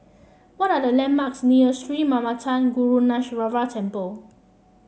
what are the landmarks near Sri Manmatha Karuneshvarar Temple